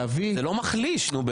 זה לא מחליש.